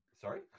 sorry